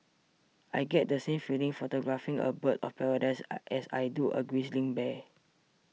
I get the same feeling photographing a bird of paradise as I do a grizzly bear